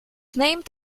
named